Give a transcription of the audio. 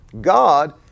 God